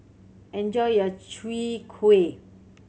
enjoy your Chwee Kueh